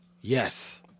Yes